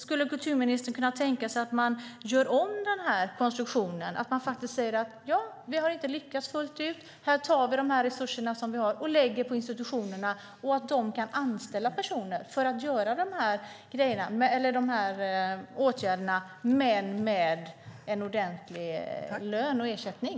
Skulle kulturministern kunna tänka sig att göra om den här konstruktionen och säga att vi inte har lyckats fullt ut och att vi tar de resurser vi har och lägger på institutionerna så att de kan anställa personer med en ordentlig lön och ersättning för att vidta de här åtgärderna?